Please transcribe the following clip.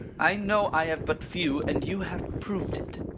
i know i have but few, and you have proved it.